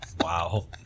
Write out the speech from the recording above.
Wow